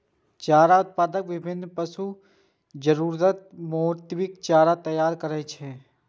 चारा उत्पादक विभिन्न पशुक जरूरतक मोताबिक चारा तैयार करै छै